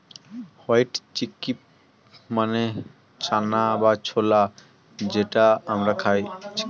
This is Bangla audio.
হোয়াইট চিক্পি মানে চানা বা ছোলা যেটা আমরা খাই